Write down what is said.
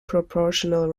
proportional